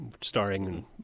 starring